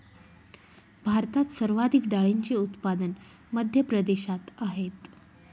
भारतात सर्वाधिक डाळींचे उत्पादन मध्य प्रदेशात आहेत